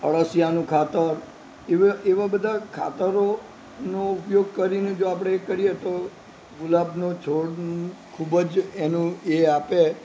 અળસીયાનું ખાતર એવા બધા ખાતરોનો ઉપયોગ કરીને જો આપણે કરીએ તો ગુલાબનો છોડ ખૂબ જ એનો એ આપે